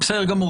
בבקשה.